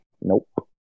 Nope